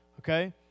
Okay